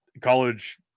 college